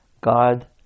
God